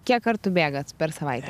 kiek kartų bėgat per savaitę